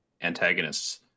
antagonists